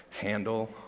handle